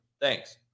Thanks